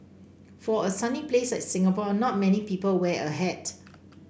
for a sunny place like Singapore not many people wear a hat